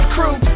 Crew